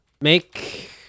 Make